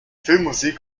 filmmusik